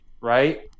right